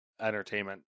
Entertainment